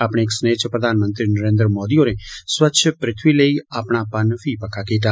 अपने इक स्नेह च प्रधानमंत्री नरेन्द्र मोदी होरें स्वच्छ पृथ्वी लेई अपना प्रण फी पक्का कीता